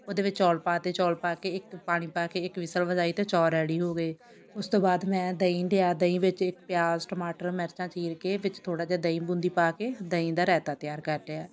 ਉਹਦੇ ਵਿੱਚ ਚੌਲ ਪਾ ਦਿੱਤੇ ਚੌਲ ਪਾ ਕੇ ਇੱਕ ਪਾਣੀ ਪਾ ਕੇ ਇੱਕ ਵਿਸਲ ਵਜਾਈ ਅਤੇ ਚੌਲ ਰੈਡੀ ਹੋ ਗਏ ਉਸ ਤੋਂ ਬਾਅਦ ਮੈਂ ਦਹੀਂ ਲਿਆ ਦਹੀ ਵਿੱਚ ਪਿਆਜ਼ ਟਮਾਟਰ ਮਿਰਚਾਂ ਚੀਰ ਕੇ ਵਿੱਚ ਥੋੜ੍ਹਾ ਜਿਹਾ ਦਹੀਂ ਬੂੰਦੀ ਪਾ ਕੇ ਦਹੀਂ ਦਾ ਰਾਇਤਾ ਤਿਆਰ ਕਰ ਲਿਆ